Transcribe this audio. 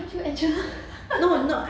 aren't you angela